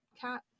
cat